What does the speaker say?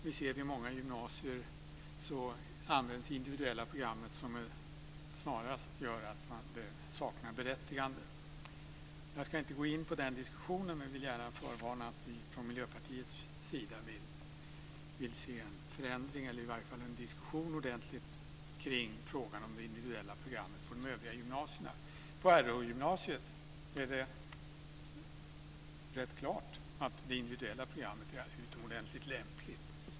Vi ser att vid många gymnasier används det individuella programmet så att det snarast saknar berättigande. Jag ska inte gå in på den diskussionen men vill gärna förvarna att vi från Miljöpartiets sida vill se en förändring eller i varje fall en ordentlig diskussion kring frågan om de individuella programmen på de övriga gymnasierna. På RH gymnasiet är det rätt klart att det individuella programmet är utomordentligt lämpligt.